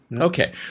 okay